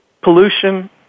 pollution